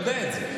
אתה יודע את זה.